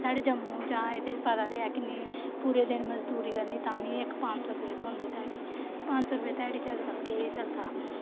साढ़े जम्मू जां इत्थै पता ते ऐ किन्नी पूरे दिन मजदूरी करनी तां बी इक पंज सौ रपेआ थोंह्दा ध्याड़ी पंज सौ रपेऽ च अजकल्ल केह् चलदा